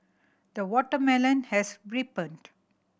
the watermelon has ripened